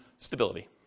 Stability